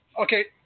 okay